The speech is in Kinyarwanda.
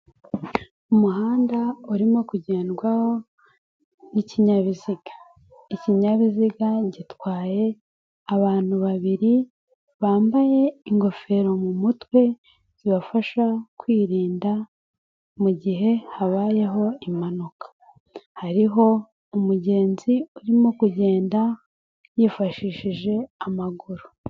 Umuhanda urimo kugendwaho n'ikinyabiziga, ikinyabiziga gitwaye abantu babiri bambaye ingofero mu mutwe, zibafasha kwirinda mugihe habayeho impanuka, hariho umugenzi urimo kugenda yifashishije amaguru.